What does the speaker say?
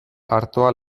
artoa